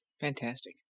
Fantastic